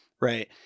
Right